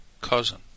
Cousin